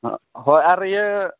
ᱦᱚᱸ ᱟᱨ ᱤᱭᱟᱹ